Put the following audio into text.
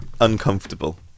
uncomfortable